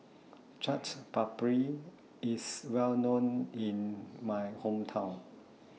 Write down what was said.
Chaat Papri IS Well known in My Hometown